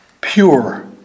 pure